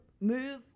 move